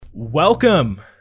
welcome